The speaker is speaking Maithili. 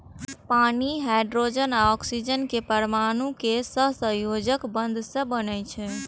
पानि हाइड्रोजन आ ऑक्सीजन के परमाणु केर सहसंयोजक बंध सं बनै छै